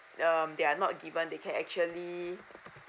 um they are not given they can actually